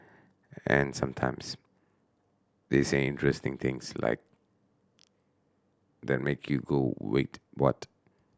and sometimes they say interesting things like that make you go wait what